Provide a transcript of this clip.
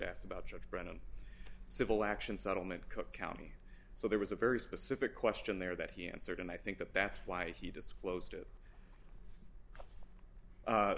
asked about judge brennan civil action settlement cook county so there was a very specific question there that he answered and i think that that's why he disclosed it